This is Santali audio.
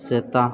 ᱥᱮᱛᱟ